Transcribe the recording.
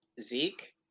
Zeke